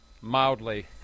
mildly